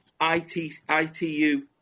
ITU